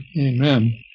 Amen